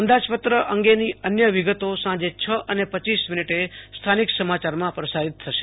અંદાજપંત્ર અંગેની અન્ય વિગતો સાંજે છ અને પેચીસ મીનીટે સ્થાનિક સમાચારમાં પ્રસારિત થશે